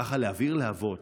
ככה להבעיר להבות,